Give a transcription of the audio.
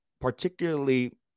particularly